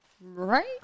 Right